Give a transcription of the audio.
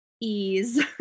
ease